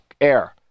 air